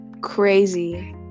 crazy